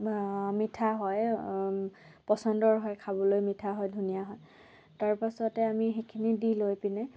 ইমান মিঠা হয় পচন্দৰ হয় খাবলৈ মিঠা হয় ধুনীয়া হয় তাৰপাছতে আমি সেইখিনি দি লৈ পিনে